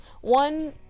one